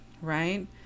right